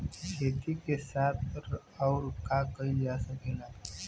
खेती के साथ अउर का कइल जा सकेला?